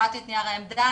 קראתי את נייר העמדה.